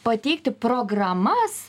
pateikti programas